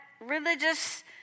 religious